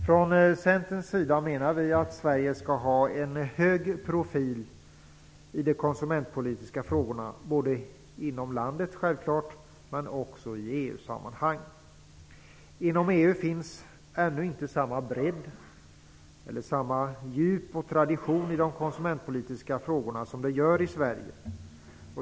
Från Centerns sida menar vi att Sverige skall ha en hög profil i de konsumentpolitiska frågorna, självklart både inom landet och i EU-sammanhang. Inom EU finns ännu inte samma bredd, djup och tradition i de konsumentpolitiska frågorna som det gör i Sverige.